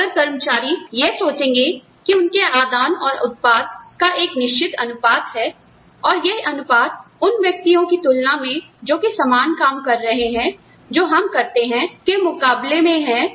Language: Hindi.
तो अगर कर्मचारी यह सोचेंगे कि उनके आदानऔर उत्पाद का एक निश्चित अनुपात है और यह अनुपात उन व्यक्तियों की तुलना में जोकि समान काम कर रहे हैं जो हम करते हैं के मुकाबले में है